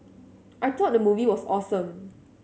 I thought the movie was awesome